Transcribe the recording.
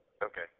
Okay